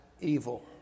evil